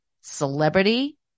celebrity